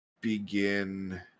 begin